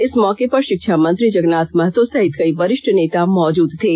इस मौके पर षिक्षा मंत्री जगन्नाथ महतो सहित कई वरिष्ठ नेता मौजूद थे